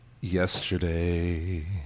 Yesterday